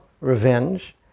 revenge